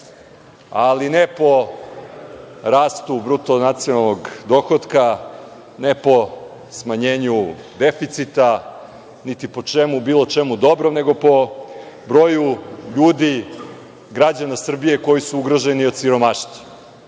ali ne po rastu bruto nacionalnog dohotka, ne po smanjenju deficita, niti po bilo čemu dobrom, nego po broju ljudi građana Srbije koji su ugroženi od siromaštva.